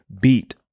beat